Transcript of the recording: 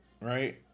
Right